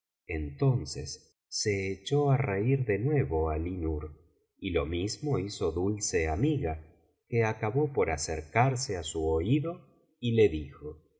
entonces se echó á reir de nuevo alí nur y lo mismo hizo dulce amiga que acabó por acercarse á su oído y le dijo